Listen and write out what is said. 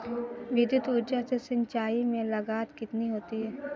विद्युत ऊर्जा से सिंचाई में लागत कितनी होती है?